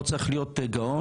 לא צריך להיות גאון,